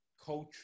coach